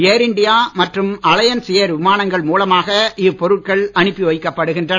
ஏர் India மற்றும் alliance air விமானங்கள் மூலமாக இப்பொருட்கள் அனுப்பி வைக்கப்படுகின்றன